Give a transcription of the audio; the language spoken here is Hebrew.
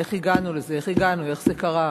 איך הגענו לזה, איך זה קרה?